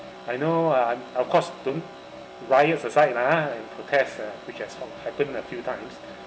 I know uh of course don't riot asides ah like protest uh which has ha~ happened a few times